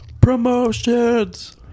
Promotions